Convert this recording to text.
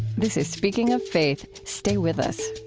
this is speaking of faith. stay with us